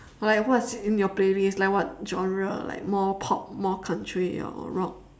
like what is in your playlist like what genre like more pop more country or rock